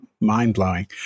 mind-blowing